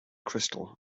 crystal